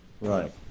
right